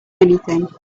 anything